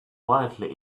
wildly